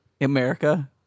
America